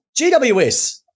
GWS